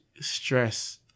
stress